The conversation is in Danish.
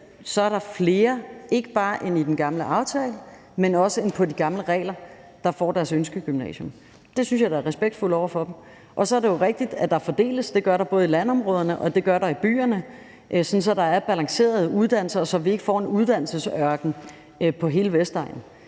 er der flere ikke bare end med den gamle aftale, men også flere end med de gamle regler, der kommer på deres ønskegymnasium. Det synes jeg da er respektfuldt over for dem. Så er det jo rigtigt, at der fordeles – det gør der både i landområderne og i byerne, sådan at der er balancerede uddannelser, og sådan at vi ikke får en uddannelsesørken på hele Vestegnen.